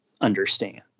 understand